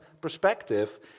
perspective